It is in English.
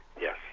Yes